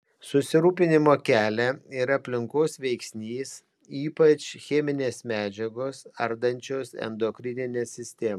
susirūpinimą kelia ir aplinkos veiksnys ypač cheminės medžiagos ardančios endokrininę sistemą